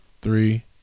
three